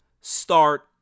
start